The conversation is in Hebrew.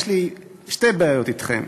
יש לי שתי בעיות אתכם.